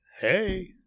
hey